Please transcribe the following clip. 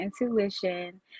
intuition